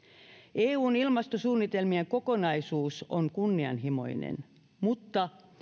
eun ilmastosuunnitelmien kokonaisuus on kunnianhimoinen mutta